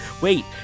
Wait